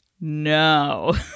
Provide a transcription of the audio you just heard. no